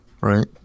Right